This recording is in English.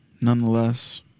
Nonetheless